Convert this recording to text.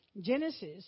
Genesis